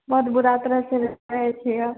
बड्ड बुरा तरहसँ रहै छै